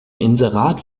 inserat